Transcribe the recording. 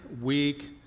week